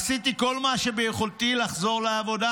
עשיתי כל מה שיכולתי לחזור לעבודה